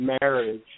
marriage